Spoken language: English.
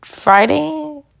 Friday